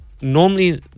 Normally